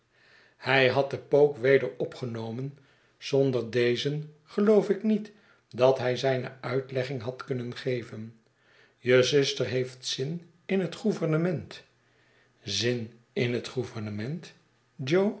hij had den pook weder opgenomen zonder dezen geloof ik niet dat hij zijne uitlegging had kunnen geven je zuster heeft zin in het gouvernement zin in het